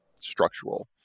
structural